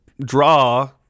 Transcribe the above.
draw